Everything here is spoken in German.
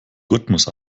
rhythmus